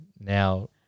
now